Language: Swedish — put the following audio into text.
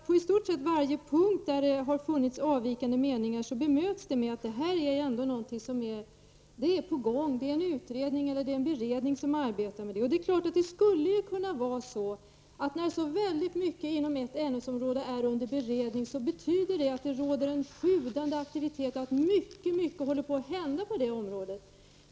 På i stort sett varje punkt där avvikande meningar anmälts har man bemött dessa genom att säga att det handlar om ett arbete som redan är på gång. Man säger att en utredning eller en beredning arbetar med ärendet i fråga. När väldigt många frågor på ett ämnesområde är under beredning kan det självfallet betyda att det råder en sjudande aktivitet och att väldigt mycket håller på att hända på området.